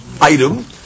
item